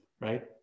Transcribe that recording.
right